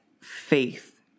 faith